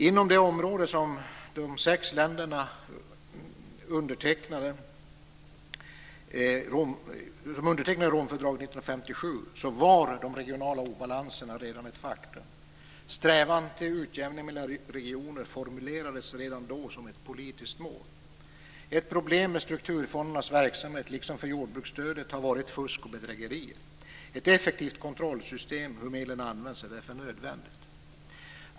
Inom det område som de sex länder som undertecknade Romfördraget 1957 utgör var de regionala obalanserna redan ett faktum. En strävan till en utjämning mellan regioner formulerades redan då som ett politiskt mål. Ett problem med strukturfondernas verksamhet liksom för jordbruksstödet har varit fusk och bedrägerier. Ett effektivt kontrollsystemet för hur medlen används är därför nödvändigt.